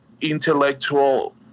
intellectual